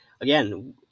again